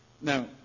Now